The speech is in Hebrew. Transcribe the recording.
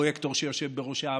פרויקטור שיושב בראשה,